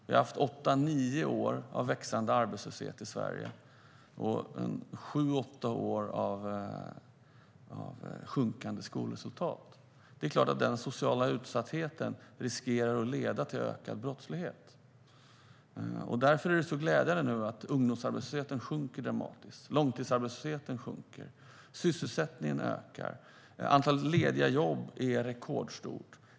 Vi har haft åtta nio år av växande arbetslöshet, och vi har haft sju åtta år av sjunkande skolresultat. Det är klart att den sociala utsattheten riskerar att leda till ökad brottslighet. Därför är det nu glädjande att ungdomsarbetslösheten sjunker dramatiskt. Långtidsarbetslösheten sjunker. Sysselsättningen ökar. Antalet lediga jobb är rekordstort.